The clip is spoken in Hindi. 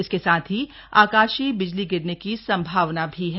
इसके साथ ही आकाशीय बिजली गिरने की संभावना भी है